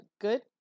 good